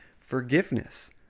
forgiveness